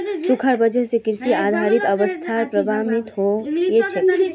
सुखार वजह से कृषि आधारित अर्थ्वैवास्था प्रभावित होइयेह